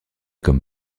comme